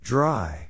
Dry